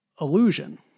illusion